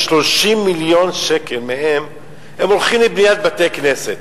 30 מיליון שקל מהם הולכים לבניית בתי-כנסת.